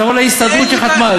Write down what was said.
תבוא להסתדרות שחתמה על זה.